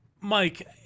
Mike